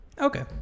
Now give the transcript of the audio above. Okay